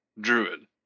Druid